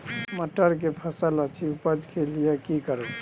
मटर के फसल अछि उपज के लिये की करबै?